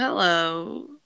hello